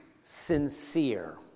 sincere